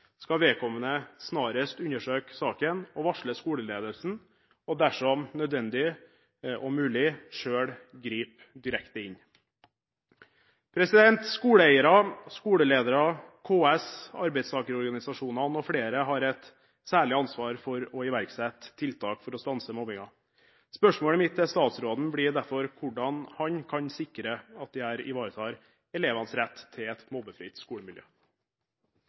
skal vedkommende snarest undersøke saken og varsle skoleledelsen og dersom nødvendig – og mulig – selv gripe direkte inn. Skoleeiere, skoleledere, KS, arbeidstakerorganisasjonene og flere har et særlig ansvar for å iverksette tiltak for å stanse mobbingen. Spørsmålet mitt til statsråden blir derfor hvordan han kan sikre at dette ivaretar elevenes rett til et mobbefritt skolemiljø.